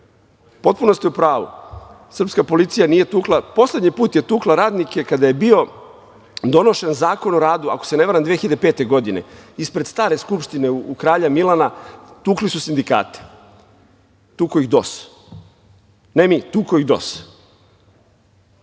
Srpske. Potpuno ste u pravu, srpska policija nije tukla… Poslednji put je tukla radnike kada je bio donošen Zakon o radu, ako se ne varam, 2005. godine ispred stare Skupštine u Kralja Milana, tukli su sindikate, tukao ih je DOS. Ne mi, tukao ih je